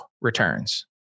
returns